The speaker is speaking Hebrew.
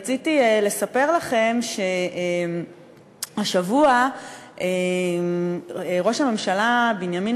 רציתי לספר לכם שהשבוע ראש הממשלה בנימין